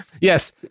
Yes